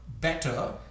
better